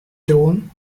torn